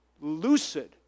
lucid